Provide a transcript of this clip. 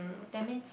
that means